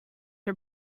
are